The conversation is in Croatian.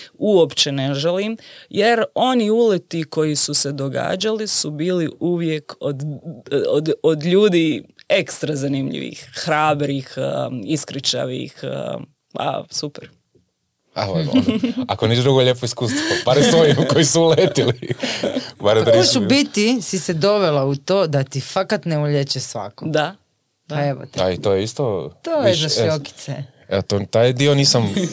uopće ne želim, jer oni uleti koji su se događali su bili uvijek od- od- od ljudi ekstra zanimljivih, hrabrih, um, iskričavih, um, a, super. A, evo, ono, ako ni drugo, lijepo iskustvo, barem s ovim koji su uletili. Barem to Pa nisam da, bio. u biti si se dovela u to da ti fakat ne ulijeće svako? Da. Pa Da. evo te. A i to je isto To je više- za e, šljokice. eto, taj dio nisam-